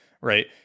right